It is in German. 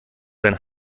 sein